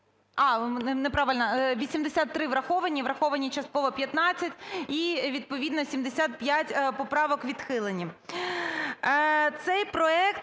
А, неправильно. 83 – враховані. Враховані частково – 15. І відповідно 75 поправок відхилені.